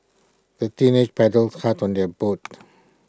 the teenagers paddled hard on their boat